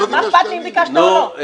מה אכפת לי אם ביקשת או לא?